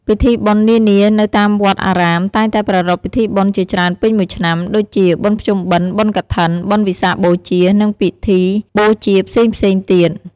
ពិធីបុណ្យនានា នៅតាមវត្តអារាមតែងតែប្រារព្ធពិធីបុណ្យជាច្រើនពេញមួយឆ្នាំ ដូចជា បុណ្យភ្ជុំបិណ្ឌ បុណ្យកឋិន បុណ្យវិសាខបូជា និងពិធីបូជាផ្សេងៗទៀត។